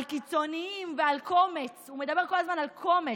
על קיצוניים ועל קומץ, הוא מדבר כל הזמן על קומץ,